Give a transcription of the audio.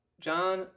John